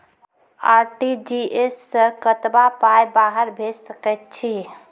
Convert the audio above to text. RTGS सअ कतबा पाय बाहर भेज सकैत छी?